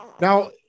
Now